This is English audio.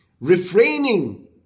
refraining